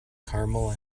caramel